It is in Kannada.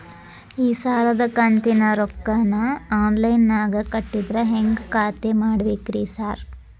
ಈ ಸಾಲದ ಕಂತಿನ ರೊಕ್ಕನಾ ಆನ್ಲೈನ್ ನಾಗ ಕಟ್ಟಿದ್ರ ಹೆಂಗ್ ಖಾತ್ರಿ ಮಾಡ್ಬೇಕ್ರಿ ಸಾರ್?